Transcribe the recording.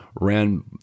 ran